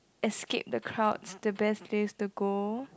escape the crowd the best place to go